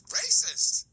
racist